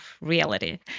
reality